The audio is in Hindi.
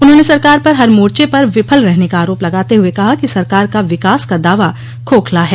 उन्होंने सरकार पर हर मोर्चे पर विफल रहने का आरोप लगाते हुए कहा कि सरकार का विकास का दावा खोखला है